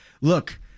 look